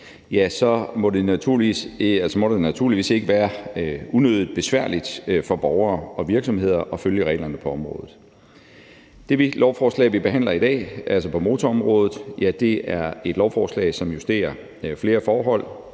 må det naturligvis ikke være unødig besværligt for borgere og virksomheder at følge reglerne på området. Det lovforslag, vi behandler i dag, altså på motorområdet, er et lovforslag, som justerer flere forhold.